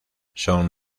son